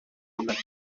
martí